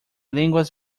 lenguas